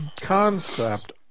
concept